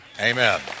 Amen